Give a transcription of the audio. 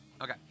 okay